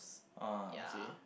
oh okay